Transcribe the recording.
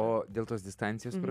o dėl tos distancijos kur